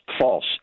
false